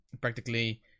practically